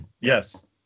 Yes